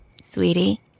Sweetie